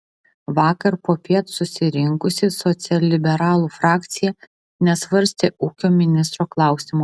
vakar popiet susirinkusi socialliberalų frakcija nesvarstė ūkio ministro klausimo